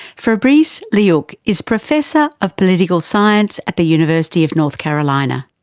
fabrice lehoucq is professor of political science at the university of north carolina.